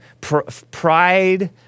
pride